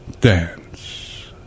dance